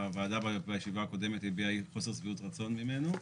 שהוועדה בישיבה הקודמת הביעה חוסר שביעות רצון ממנו.